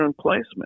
placement